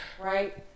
Right